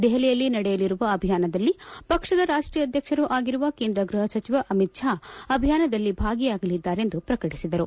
ದೆಹಲಿಯಲ್ಲಿ ನಡೆಯಲಿರುವ ಅಭಿಯಾನದಲ್ಲಿ ಪಕ್ಷದ ರಾಷ್ಷೀಯ ಅಧ್ಯಕ್ಷರು ಆಗಿರುವ ಕೇಂದ್ರ ಗ್ವಹ ಸಚಿವ ಅಮಿತ್ ಪಾ ಅಭಿಯಾನದಲ್ಲಿ ಭಾಗಿಯಾಗಲಿದ್ದಾರೆ ಎಂದು ಪ್ರಕಟಿಸಿದರು